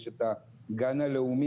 יש את הגן הלאומי,